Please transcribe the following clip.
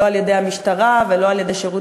לא על-ידי המשטרה ולא על-ידי שירות